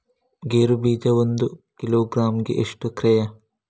ಗೇರು ಬೀಜ ಒಂದು ಕಿಲೋಗ್ರಾಂ ಗೆ ಎಷ್ಟು ಕ್ರಯ?